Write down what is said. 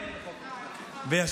ועל מה דיברו אז, מנסור, אתה יודע?